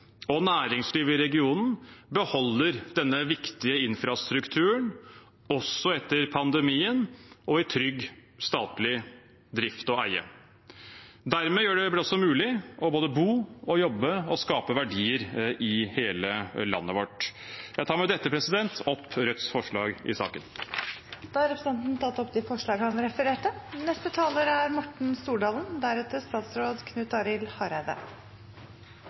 og næringsliv i regionen beholder denne viktige infrastrukturen også etter pandemien, og i trygg statlig drift og eie. Det bidrar til å gjøre det mulig å både bo, jobbe og skape verdier i hele landet vårt. Jeg tar med dette opp Rødts forslag i saken. Da har representanten Bjørnar Moxnes tatt opp de forslagene han refererte